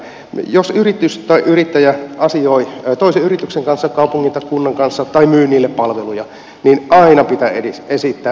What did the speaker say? jos yritys tai yrittäjä asioi toisen yrityksen kaupungin tai kunnan kanssa tai myy niille palveluja niin aina pitää esittää verovelkatodistus